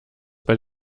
bei